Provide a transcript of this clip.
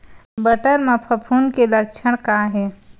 बटर म फफूंद के लक्षण का हे?